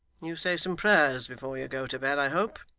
you say some prayers before you go to bed, i hope